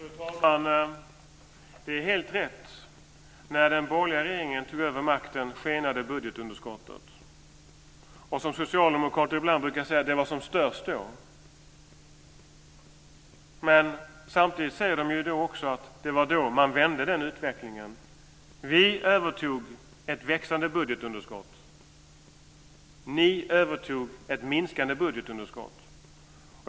Fru talman! Det är helt rätt. När den borgerliga regeringen tog över makten skenade budgetunderskottet. Som socialdemokrater ibland brukar säga: Det var som störst då. Samtidigt säger de att det var då man vände den utvecklingen. Vi övertog ett växande budgetunderskott. Ni övertog ett minskande budgetunderskott.